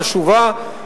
חשובה,